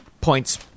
Points